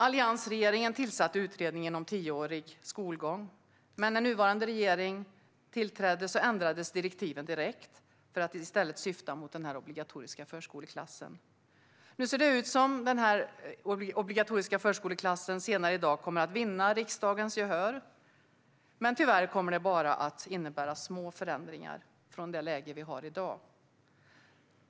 Alliansregeringen tillsatte utredningen om tioårig skolgång, men när nuvarande regering tillträdde ändrades direktiven direkt för att i stället syfta mot en obligatorisk förskoleklass. Det ser ut som att obligatorisk förskoleklass kommer att vinna riksdagens gehör senare i dag, men tyvärr kommer det bara att innebära små förändringar av det läge vi har i dag.